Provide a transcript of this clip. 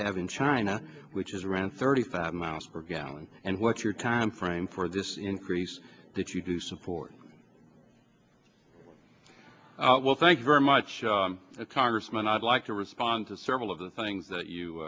have in china which is around thirty five miles per gallon and what your time frame for this increase that you do support well thanks very much congressman i'd like to respond to several of the things that you